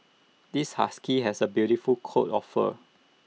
this husky has A beautiful coat of fur